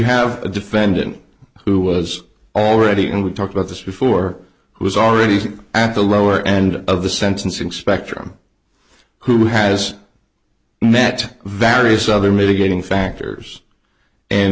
have a defendant who was already and we talked about this before who was already at the lower end of the sentencing spectrum who has met various other mitigating factors and